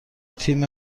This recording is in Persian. تیم